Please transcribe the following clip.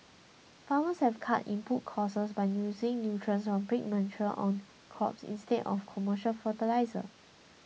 farmers have cut input costs by using nutrients from pig manure on crops instead of commercial fertiliser